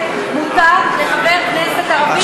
מותר לחבר כנסת ערבי לעלות עם כאפיה,